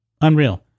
Unreal